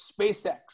SpaceX